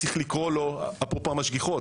אפרופו משגיחות,